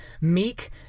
meek